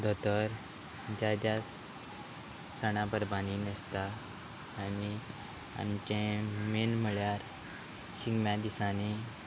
धोतर ज्या ज्या सणां परबांनी न्हेसता आनी आमचे मेन म्हळ्यार शिगम्या दिसांनी